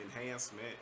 enhancement